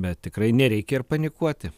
bet tikrai nereikia ir panikuoti